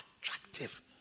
attractive